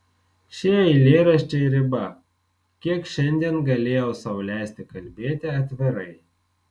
šie eilėraščiai riba kiek šiandien galėjau sau leisti kalbėti atvirai